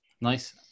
Nice